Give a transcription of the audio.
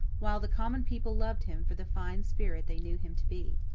while the common people loved him for the fine spirit they knew him to be.